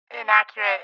Inaccurate